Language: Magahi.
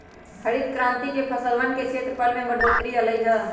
हरित क्रांति से फसलवन के क्षेत्रफल में बढ़ोतरी अई लय